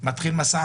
היו תשעה